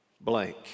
blank